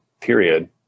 period